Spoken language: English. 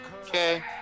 Okay